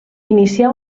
inicià